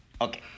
Okay